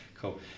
Cool